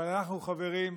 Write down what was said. אבל אנחנו, חברים,